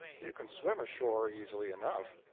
you can swim ashore easily enough.